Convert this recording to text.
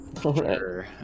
sure